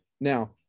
Now